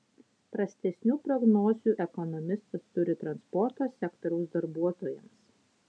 prastesnių prognozių ekonomistas turi transporto sektoriaus darbuotojams